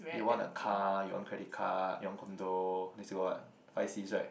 you want a car you want credit card you want condo next still got what five Cs right